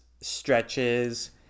stretches